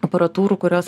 aparatūrų kurios